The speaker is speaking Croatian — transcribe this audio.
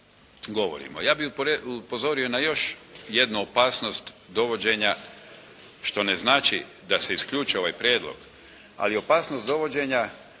Ja bih upozorio na još jednu opasnost dovođenja što ne znači da se isključi ovaj prijedlog, ali opasnost dovođenja